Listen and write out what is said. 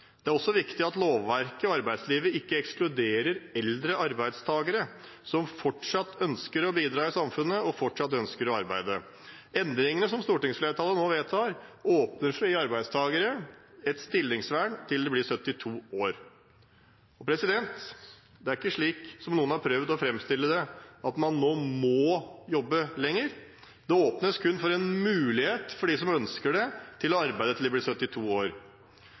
Det er også viktig at lovverket og arbeidslivet ikke ekskluderer eldre arbeidstakere som fortsatt ønsker å bidra i samfunnet og fortsatt ønsker å arbeide. Endringene som stortingsflertallet nå vedtar, åpner for å gi arbeidstakere et stillingsvern til de blir 72 år. Det er ikke slik som noen har prøvd å framstille det, at man nå må jobbe lenger. Det åpnes kun for en mulighet for dem som ønsker det, til å arbeide til de blir 72 år,